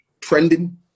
Trending